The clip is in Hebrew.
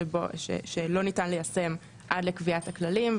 שלא ניתן ליישם אותו עד לקביעת הכללים.